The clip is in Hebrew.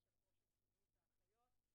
יושבת-ראש הסתדרות האחיות.